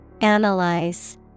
Analyze